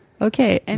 Okay